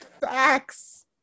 Facts